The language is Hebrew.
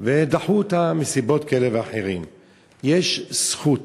ודחו אותה מסיבות כאלה ואחרות: יש זכות